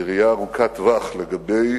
בראייה ארוכת טווח לגבי